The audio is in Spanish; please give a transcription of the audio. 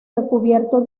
recubierto